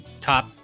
Top